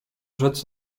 rzec